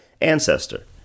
ancestor